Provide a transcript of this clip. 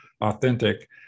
authentic